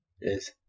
Yes